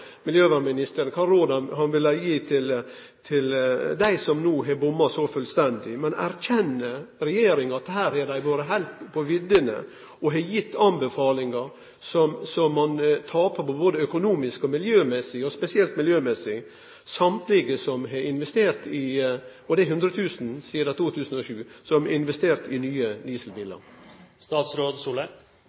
miljøvernministeren ville gitt til dei som no har bomma så fullstendig, men erkjenner regjeringa at her har dei vore heilt på viddene og gitt anbefalingar som ein tapar på, både økonomisk og spesielt miljømessig – alle dei som har investert i nye dieselbilar, og det er 100 000 sidan 2007?